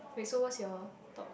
wait so what's your top